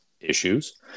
issues